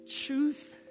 truth